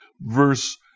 Verse